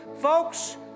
Folks